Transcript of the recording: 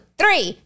three